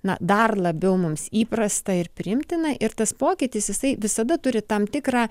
na dar labiau mums įprasta ir priimtina ir tas pokytis jisai visada turi tam tikrą